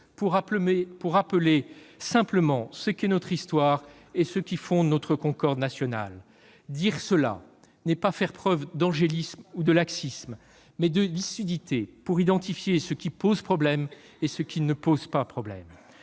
pour rappeler simplement ce qu'est notre histoire et ce qui fonde notre concorde nationale. Dire cela, c'est faire preuve non pas d'angélisme ou de laxisme, mais de lucidité pour identifier ce qui pose problème et ce qui n'en pose pas.